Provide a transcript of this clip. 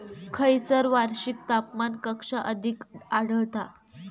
खैयसर वार्षिक तापमान कक्षा अधिक आढळता?